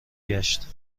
گشت